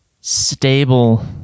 stable